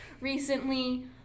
recently